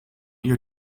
your